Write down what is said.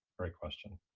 great question.